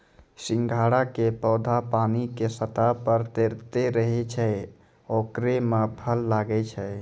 सिंघाड़ा के पौधा पानी के सतह पर तैरते रहै छै ओकरे मॅ फल लागै छै